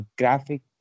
graphic